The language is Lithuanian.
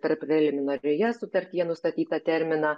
per preliminarioje sutartyje nustatytą terminą